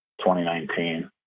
2019